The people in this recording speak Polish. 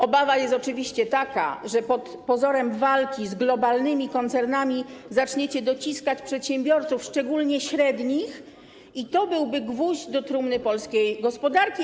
Obawa jest oczywiście taka, że pod pozorem walki z globalnymi koncernami zaczniecie dociskać przedsiębiorców, szczególnie średnich, a to byłby gwóźdź do trumny polskiej gospodarki.